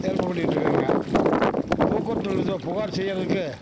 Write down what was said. ஏற்ப பண்ணிகிட்டு இருக்கங்க போக்குவரத்து இதில் புகார் செய்யிறதுக்கு